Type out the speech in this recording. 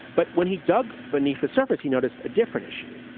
but when he dug beneath the surface, he noticed a different issue,